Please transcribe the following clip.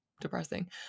depressing